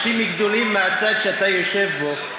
מרוב שאתה עושה פה חוקים,